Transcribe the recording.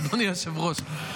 אדוני היושב-ראש.